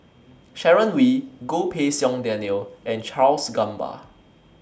Sharon Wee Goh Pei Siong Daniel and Charles Gamba